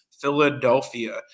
Philadelphia